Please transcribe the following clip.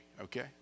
okay